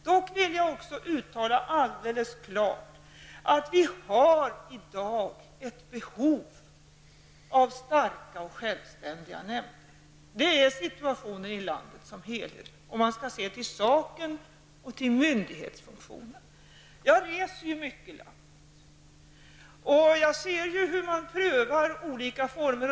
Dock vill jag också alldeles klart uttala att det finns ett behov av starka och självständiga nämnder -- detta är situationen i landet som helhet, om man skall se till saken och till myndighetsfunktionen. Jag reser ju mycket, och jag ser hur man prövar olika former.